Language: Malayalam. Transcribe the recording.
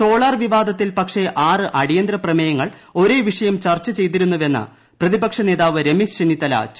സോളാർ വിവാദത്തിൽപ്പ്പക്ഷ ആറ് അടിയന്തര പ്രമേയങ്ങൾ ഒരേ വിഷയം ചർച്ച ചെയ്തീരുന്നുവെന്ന് പ്രതിപക്ഷ നേതാവ് രമേശ് ചെന്നിത്തല ചൂണ്ടിക്കാട്ടി